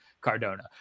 cardona